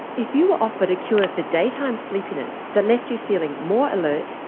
if you were offered a cure for daytime sleepiness that left you feeling more alert,